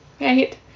right